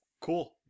cool